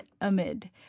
amid